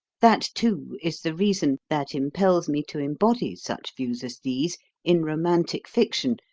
that, too, is the reason that impels me to embody such views as these in romantic fiction,